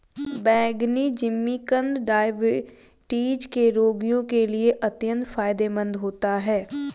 बैंगनी जिमीकंद डायबिटीज के रोगियों के लिए अत्यंत फायदेमंद होता है